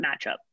matchup